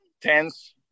tense